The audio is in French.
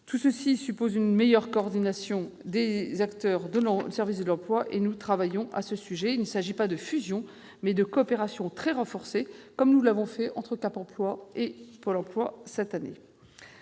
Tout cela suppose une meilleure coordination des acteurs au service de l'emploi. Nous y travaillons. Je précise que nous n'envisageons pas une fusion mais une coopération très renforcée, comme nous l'avons fait entre Cap emploi et Pôle emploi cette année.